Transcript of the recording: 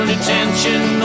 Attention